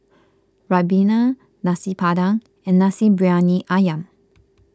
Ribena Nasi Padang and Nasi Briyani Ayam